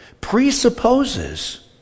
presupposes